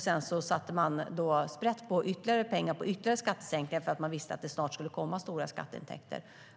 Sedan satte de sprätt på ytterligare pengar med ytterligare skattesänkningar eftersom de visste att det snart skulle komma stora skatteintäkter.